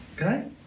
Okay